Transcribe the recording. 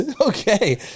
Okay